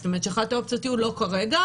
זאת אומרת שאחת האופציות יהיו: לא כרגע.